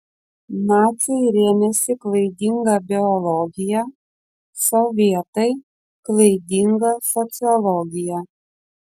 naciai rėmėsi klaidinga biologija sovietai klaidinga sociologija